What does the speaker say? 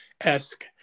esque